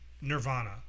Nirvana